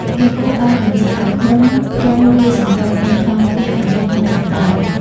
គីង្គក់បានបញ្ជាឲ្យ ឃ្មុំប្រុងវាយសម្រុក នៅខ្លោងទ្វារខាងមុខ និងខាងក្រោយ។